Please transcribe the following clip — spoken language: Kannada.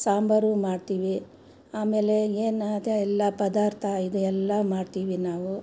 ಸಾಂಬಾರು ಮಾಡ್ತೀವಿ ಆಮೇಲೆ ಏನು ಅದೆ ಎಲ್ಲ ಪದಾರ್ಥ ಇದು ಎಲ್ಲ ಮಾಡ್ತೀವಿ ನಾವು